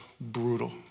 brutal